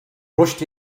rushed